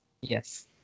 Yes